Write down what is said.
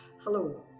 Hello